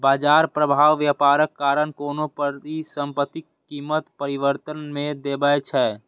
बाजार प्रभाव व्यापारक कारण कोनो परिसंपत्तिक कीमत परिवर्तन मे देखबै छै